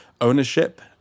ownership